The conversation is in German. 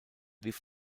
lief